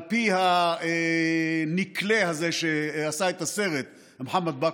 על פי הנקלה הזה שעשה את הסרט, מוחמד בכרי,